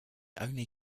only